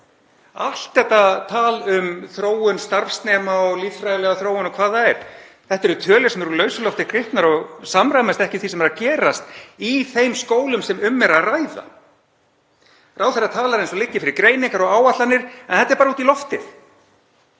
Allt þetta tal um þróun starfsnema og líffræðilega þróun og hvað það er — þetta eru tölur sem eru úr lausu lofti gripnar og samræmast ekki því sem er að gerast í þeim skólum sem um er að ræða. Ráðherra talar eins og það liggi fyrir greiningar og áætlanir en þetta er bara út í loftið.